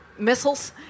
Missiles